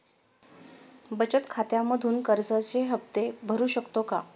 बचत खात्यामधून कर्जाचे हफ्ते भरू शकतो का?